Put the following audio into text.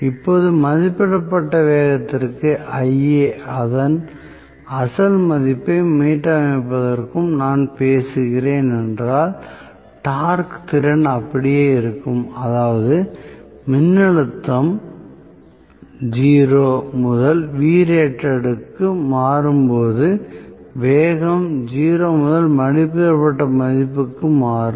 இப்போது மதிப்பிடப்பட்ட வேகத்திற்கும் Ia அதன் அசல் மதிப்பை மீட்டமைப்பதற்கும் நான் பேசுகிறேன் என்றால் டார்க் திறன் அப்படியே இருக்கும் அதாவது மின்னழுத்தம் 0 முதல் Vrated க்கு மாறும்போது வேகம் 0 முதல் மதிப்பிடப்பட்ட மதிப்புக்கு மாறும்